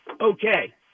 okay